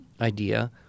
idea